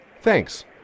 Thanks